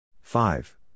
Five